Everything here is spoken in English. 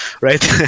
right